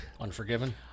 Unforgiven